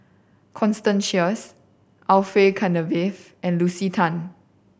Constance Sheares Orfeur Cavenagh and Lucy Tan